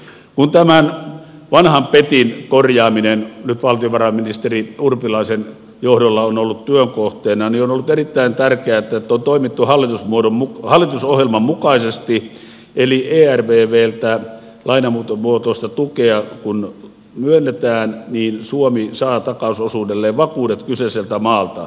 kun tämän vanhan petin korjaaminen nyt valtiovarainministeri urpilaisen johdolla on ollut työn kohteena on ollut erittäin tärkeätä että on toimittu hallitusohjelman mukaisesti eli kun myönnetään ervvltä lainamuotoista tukea suomi saa takausosuudelleen vakuudet kyseiseltä maalta